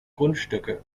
grundstücke